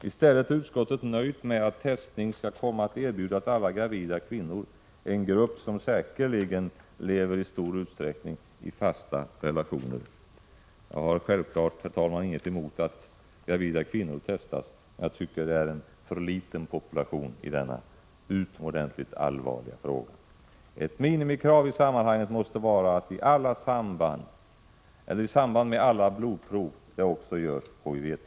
I stället är utskottet nöjt med att testning skall komma att erbjudas alla gravida kvinnor, en grupp som säkerligen i stor utsträckning lever i fasta relationer. Jag har självfallet inget emot att gravida kvinnor testas. Men jag tycker att det är en för liten population i denna utomordentligt allvarliga fråga. Ett minimikrav i sammanhanget måste vara att det i samband med alla blodprov utförs HIV-test.